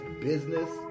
business